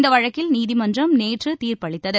இந்த வழக்கில் நீதிமன்றம் நேற்று தீர்ப்பளித்தது